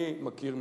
אני מכיר,